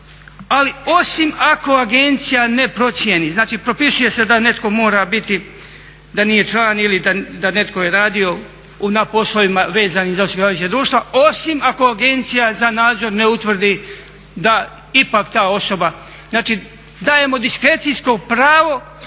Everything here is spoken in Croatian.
Ali osim ako agencija ne procjeni. Znači, propisuje se da netko mora biti da nije član ili da netko je radio na poslovima vezanim za osiguravajuća društva osim ako Agencija za nadzor ne utvrdi da ipak ta osoba. Znači, dajemo diskrecijsko pravo